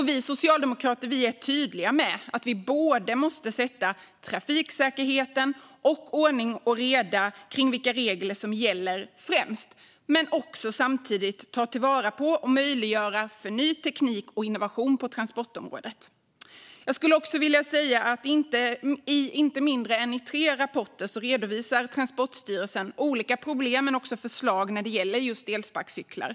Vi socialdemokrater är tydliga med att man både måste sätta trafiksäkerheten och ordning och reda om vilka regler som gäller främst, men vi ser samtidigt också att man måste ta vara på och möjliggöra för ny teknik och innovation på transportområdet. I inte mindre än tre rapporter redovisar Transportstyrelsen olika problem och förslag när det gäller elsparkcyklar.